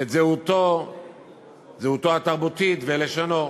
את זהותו התרבותית ואת לשונו.